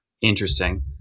Interesting